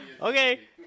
Okay